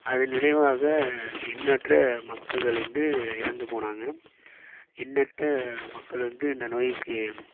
அதன் விளைவாக எண்ணற்ற மக்கள்கள் வந்து இறந்து போனாங்க எண்ணற்ற மக்கள் வந்து இந்த நோய்க்கு